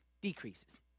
decreases